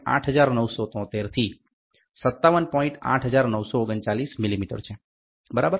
8939 millimetre છે બરાબર